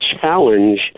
challenge